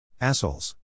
Assholes